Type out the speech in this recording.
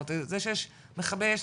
זה שיש מכבי אש,